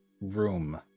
room